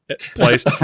Place